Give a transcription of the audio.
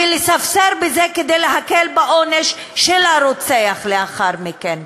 ולספסר בזה כדי להקל בעונש של הרוצח לאחר מכן.